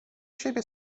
siebie